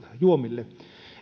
juomille